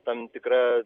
tam tikra